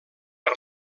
per